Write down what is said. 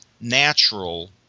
natural